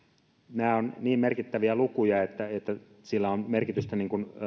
nämä ovat niin merkittäviä lukuja että että sillä on merkitystä